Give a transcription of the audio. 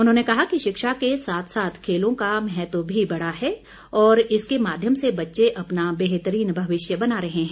उन्होंने कहा कि शिक्षा के साथ साथ खेलों का महत्व भी बढ़ा है और इसके माध्यम से बच्चे अपना बेहतरीन भविष्य बना रहे हैं